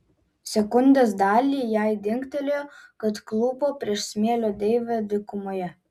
sekundės dalį jai dingtelėjo kad klūpo prieš smėlio deivę dykumoje